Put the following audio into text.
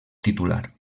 titular